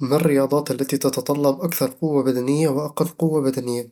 ما الرياضات التي تتطلب أكثر قوة بدنية وأقل قوة بدنية؟